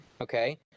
Okay